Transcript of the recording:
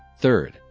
Third